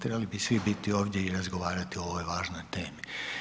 Trebali bi svi biti ovdje i razgovarati o ovoj važnoj temi.